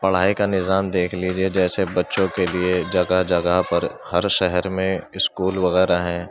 پڑھائی کا نظام دیکھ لیجیے جیسے بچّوں کے لیے جگہ جگہ پر ہر شہر میں اسکول وغیرہ ہیں